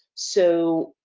so,